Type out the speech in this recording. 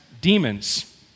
demons